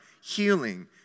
healing